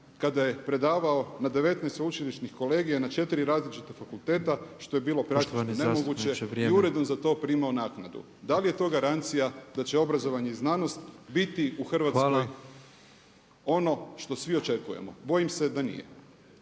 kada je predavao na 19 sveučilišnih kolegija na 4 različita fakulteta što je bilo praktički nemoguće i uredno za to primao naknadu. Da li je to garancija da će obrazovanje i znanost biti u Hrvatskoj ono što svi očekujemo. Bojim se da nije.